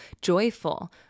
joyful